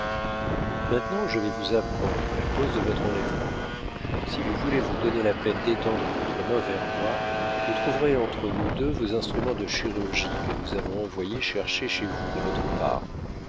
maintenant je vais vous apprendre la cause de votre enlèvement si vous voulez vous donner la peine d'étendre votre main vers moi vous trouverez entre nous deux vos instruments de chirurgie que nous avons envoyé chercher chez vous de votre part